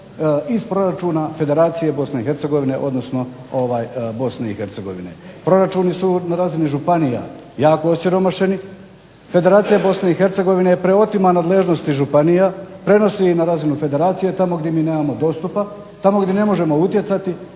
iz proračuna Federacije BiH odnosno BiH. Proračuni su na razini županija jako osiromašeni. Federacija BiH preotima od nadležnosti županija, prenosi na razinu federacije tamo gdje mi nemamo dostupa, tamo gdje ne možemo utjecati